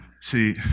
see